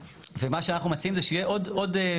מה שאנחנו מציעים זה שיהיה עוד מסמך.